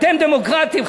אתם דמוקרטים.